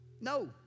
No